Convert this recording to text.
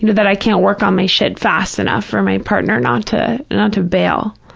you know that i can't work on my shit fast enough for my partner not to and to bail,